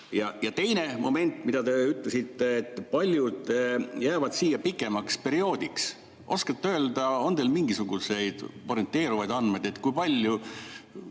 Teine moment, mida te ütlesite: paljud jäävad siia pikemaks perioodiks. Oskate öelda, on teil mingisuguseid orienteeruvaid andmeid, kui palju